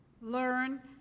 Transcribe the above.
learn